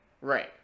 right